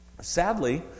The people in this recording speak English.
Sadly